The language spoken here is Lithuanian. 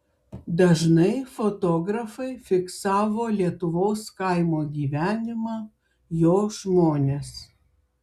dažnai fotografai fiksavo lietuvos kaimo gyvenimą jo žmones